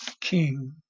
king